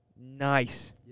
nice